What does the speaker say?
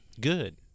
Good